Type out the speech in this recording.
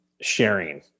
sharing